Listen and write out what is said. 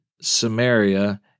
Samaria